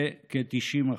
בכ-90%.